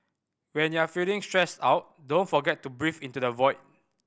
when you are feeling stressed out don't forget to breathe into the void